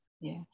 yes